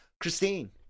christine